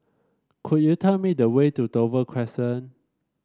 could you tell me the way to Dover Crescent